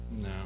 No